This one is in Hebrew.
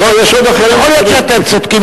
יכול להיות שאתם צודקים,